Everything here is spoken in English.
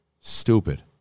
stupid